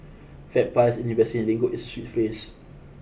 fat pies in investing lingo is a sweet phrase